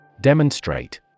Demonstrate